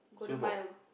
Golden-Mile